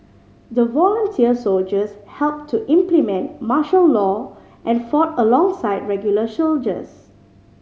the volunteer soldiers helped to implement martial law and fought alongside regular soldiers